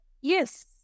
Yes